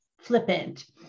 flippant